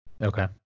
Okay